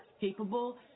capable